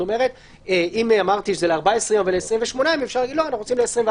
כלומר אפשר לעשות ל-21 או ל-10 ימים, למשל.